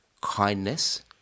kindness